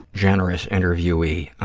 generous interviewee.